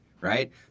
right